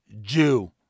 Jew